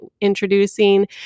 introducing